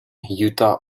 utah